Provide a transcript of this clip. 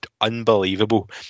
unbelievable